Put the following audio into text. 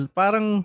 parang